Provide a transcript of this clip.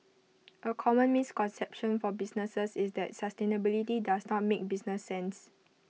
A common misconception for businesses is that sustainability does not make business sense